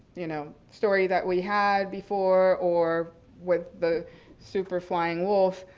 you know, story that we had before, or with the super flying wolf,